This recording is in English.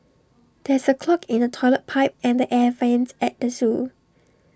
there is A clog in the Toilet Pipe and the air Vents at the Zoo